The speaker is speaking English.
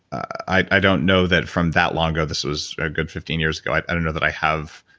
i don't know that from that long ago, this was a good fifteen years ago. i i don't know that i have,